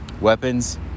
weapons